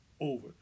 over